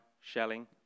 shelling